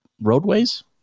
Roadways